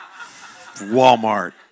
Walmart